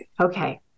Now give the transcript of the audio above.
Okay